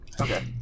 Okay